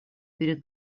перед